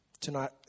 Tonight